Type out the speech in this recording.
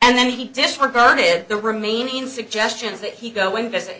and then he disregarded the remaining suggestions that he go and visit